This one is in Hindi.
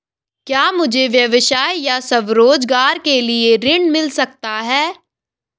क्या मुझे व्यवसाय या स्वरोज़गार के लिए ऋण मिल सकता है?